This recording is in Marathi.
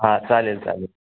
हां चालेल चालेल